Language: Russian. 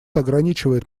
ограничивает